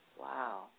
Wow